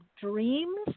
dreams